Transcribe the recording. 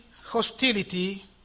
hostility